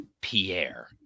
Pierre